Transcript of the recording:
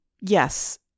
yes